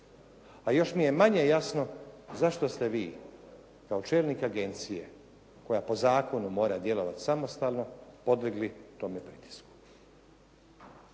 a još mi je manje jasno zašto ste vi kao čelnik agencija koja po zakonu mora djelovati samostalno, podlegli tome pritisku.